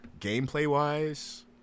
Gameplay-wise